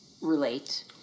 relate